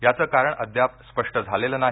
याचं कारण अद्याप स्पष्ट झालेलं नाही